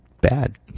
Bad